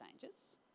changes